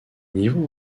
niveau